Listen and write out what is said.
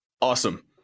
awesome